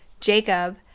Jacob